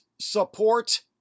support